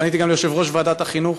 פניתי גם ליושב-ראש ועדת החינוך,